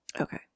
Okay